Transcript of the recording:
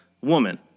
woman